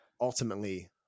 ultimately